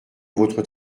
votre